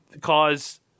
cause